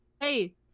hey